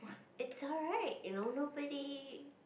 it's alright you know nobody